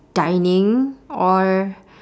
dining or